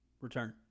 Return